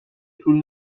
طول